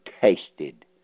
tasted